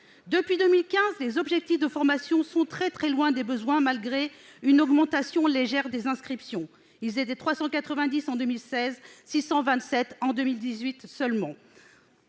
Depuis 2015, les objectifs de formation sont très loin des besoins, malgré une augmentation légère des inscriptions : de 390 en 2016, celles-ci sont